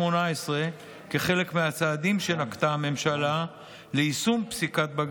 הממשלה נקטה כמה צעדים ליישום הפסיקה,